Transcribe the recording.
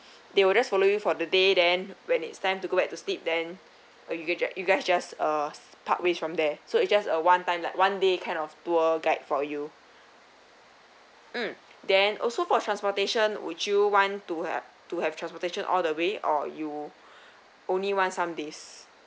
they will just follow you for the day then when it's time to go back to sleep then you guys just you guys just uh partrest from there so it just a one time like one day kind of tour guide for you um then also for transportation would you want to have to have transportation all the way or you only want some days